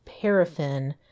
paraffin